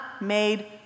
made